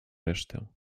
resztę